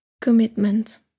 commitment